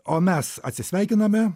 o mes atsisveikiname